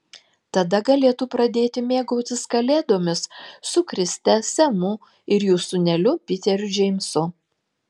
tada galėtų pradėti mėgautis kalėdomis su kriste semu ir jų sūneliu piteriu džeimsu